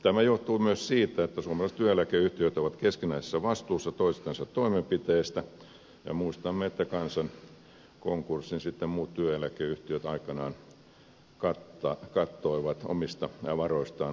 tämä johtuu myös siitä että suomalaiset työeläkeyhtiöt ovat keskinäisessä vastuussa toistensa toimenpiteistä ja muistamme että kansan konkurssin kattoivat aikanaan muut työeläkeyhtiöt omista varoistaan ajan kuluessa